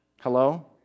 hello